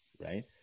right